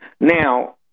Now